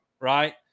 right